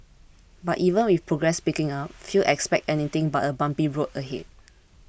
but even with progress picking up few expect anything but a bumpy road ahead